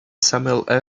samuel